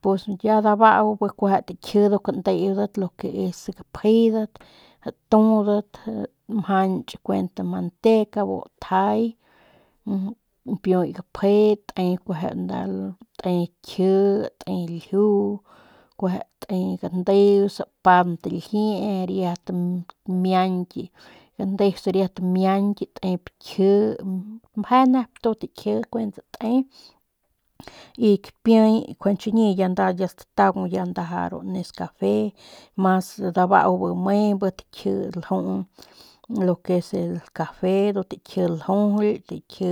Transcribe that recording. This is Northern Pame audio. Pus ya dabau pus bi kueje takji nduk ndeudat lo que es gapjedat tudat mjanch kuent manteca bu tjay npiuy gapje te kueje nda te kji pemp lju kueje te gandeus bant ljiee riat miañky gandeus riat miañky tep kji meje nep ndu takji kuent te y kapiey y njuande chiñi yanda stataung ya ndaja ru nescafe mas dabau bi me bi taji lju u lo que es el cafe ndu takji ljujuly takji